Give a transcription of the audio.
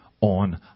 on